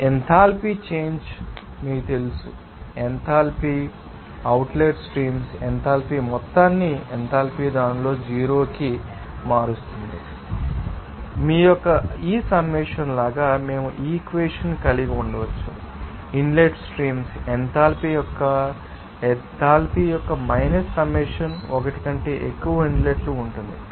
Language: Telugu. కాబట్టి ఎంథాల్పీ చేంజ్ మీకు తెలుసు మీకు తెలిసిన ఏంథాల్పి మరియు అవుట్లెట్ స్ట్రీమ్స్ ఈ ఎంథాల్పీ మొత్తం ఎంథాల్పీ దానిని జీరో కి మారుస్తుందని మేము చెప్పగలం కాబట్టి మీ యొక్క ఈ సమ్మేషన్ లాగా మేము ఈ ఇక్వెషన్ కలిగి ఉండవచ్చు ఇన్లెట్ స్ట్రీమ్స్ ఎంథాల్పీ యొక్క ఎథాల్పీ యొక్క మైనస్ సమ్మేషన్ ఒకటి కంటే ఎక్కువ ఇన్లెట్ ఉంటుంది